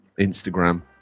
Instagram